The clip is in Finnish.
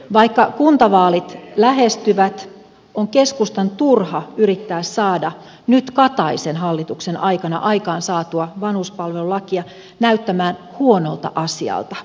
vaikka kuntavaalit lähestyvät on keskustan turha yrittää saada nyt kataisen hallituksen aikana aikaansaatua vanhuspalvelulakia näyttämään huonolta asialta